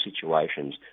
situations